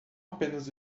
apenas